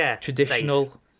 traditional